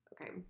Okay